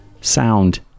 sound